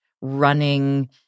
running